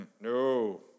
no